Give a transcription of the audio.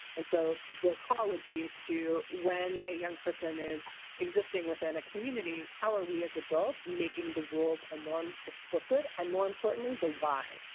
and so the call would be to when a young person is existing within a community, how are we as adults making the rules and norms explicit, and, more importantly, the why.